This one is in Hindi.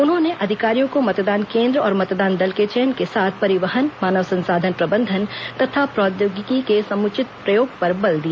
उन्होंने अधिकारियों को मतदान केंद्र और मतदान दल के चयन के साथ परिवहन मानव संसाधन प्रबंधन तथा प्रौद्योगिकी के समुचित प्रयोग पर बल दिया